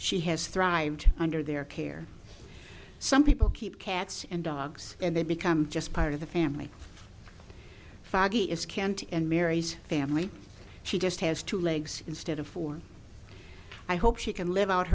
she has thrived under their care some people keep cats and dogs and they become just part of the family faggy is can't and mary's family she just has to legs instead of four i hope she can live out